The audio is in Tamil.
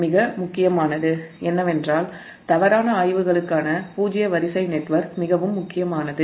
மிக முக்கியமானது என்னவென்றால் தவறான ஆய்வுகளுக்கான பூஜ்ஜிய வரிசை நெட்வொர்க் மிகவும் முக்கியமானது